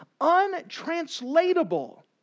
untranslatable